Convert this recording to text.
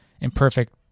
imperfect